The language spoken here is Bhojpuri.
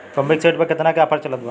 पंपिंग सेट पर केतना के ऑफर चलत बा?